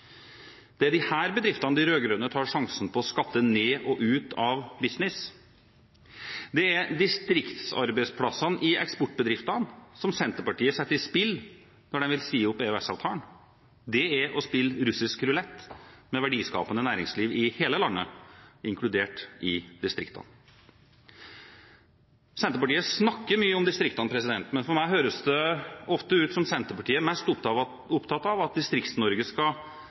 Det er disse bedriftene de rød-grønne tar sjansen på å skatte ned og ut av business. Det er distriktsarbeidsplassene i eksportbedriftene Senterpartiet setter i spill når de vil si opp EØS-avtalen. Det er å spille russisk rulett med verdiskapende næringsliv i hele landet, inkludert i distriktene. Senterpartiet snakker mye om distriktene, men for meg høres det ofte ut som Senterpartiet er mest opptatt av at Distrikts-Norge skal leve av tilskudd. I Høyre fører vi en politikk som gjør at